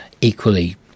equally